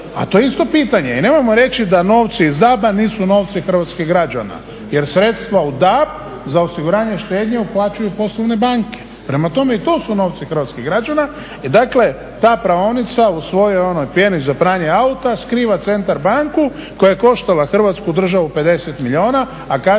to je isto pitanje. I nemojmo reći da novci iz DAB-a nisu novci hrvatskih građana, jer sredstva u DAB za osiguranje štednje uplaćuju poslovne banke. Prema tome, i to su novci hrvatskih građana. Dakle, ta praonica u svojoj onoj pjeni za pranje auta skriva Centar banku koja je koštala Hrvatsku državu 50 milijuna, a kažem